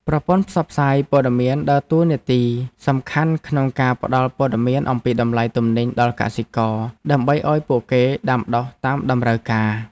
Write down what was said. ប្រព័ន្ធផ្សព្វផ្សាយព័ត៌មានដើរតួនាទីសំខាន់ក្នុងការផ្តល់ព័ត៌មានអំពីតម្លៃទំនិញដល់កសិករដើម្បីឱ្យពួកគេដាំដុះតាមតម្រូវការ។